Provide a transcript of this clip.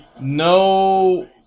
no